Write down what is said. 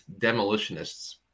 demolitionists